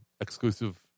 exclusive